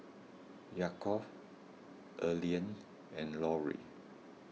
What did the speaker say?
Yaakov Earlean and Lorrie